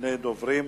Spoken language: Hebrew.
שני דוברים,